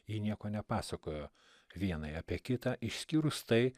ji nieko nepasakojo vienai apie kitą išskyrus tai